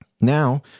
Now